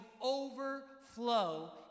overflow